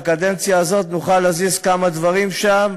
בקדנציה הזאת נוכל להזיז כמה דברים שם,